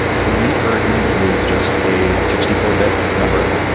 the read version is just a sixty four bit number.